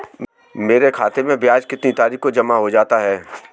मेरे खाते में ब्याज कितनी तारीख को जमा हो जाता है?